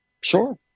sure